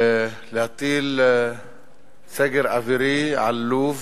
להטיל סגר אווירי על לוב